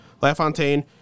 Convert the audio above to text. LaFontaine